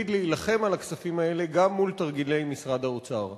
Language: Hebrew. יקפיד להילחם על הכספים האלה גם מול תרגילי משרד האוצר.